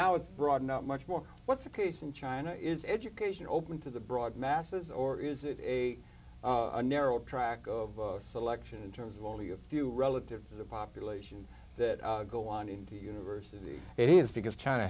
now it's broadened out much more what's the case in china is education open to the broad masses or is it a narrow track of selection in terms of only a few relative to the population that go on into university it is because china